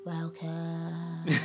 Welcome